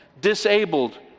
disabled